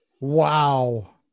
Wow